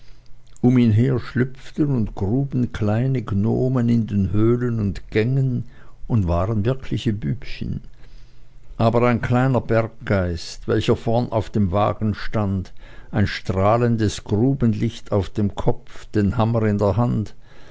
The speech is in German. um ihn her schlüpften und gruben kleine gnomen in den höhlen und gängen und waren wirkliche bübchen aber ein kleiner berggeist welcher vorn auf dem wagen stand ein strahlendes grubenlicht auf dem kopf den hammer in der hand